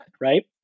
Right